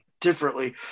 differently